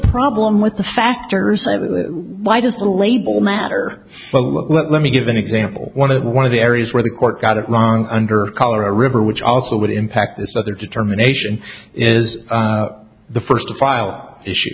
problem with the faster why does the label matter but let me give an example one of the one of the areas where the court got it wrong under colorado river which also would impact this other determination is the first to file issue